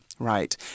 Right